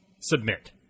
submit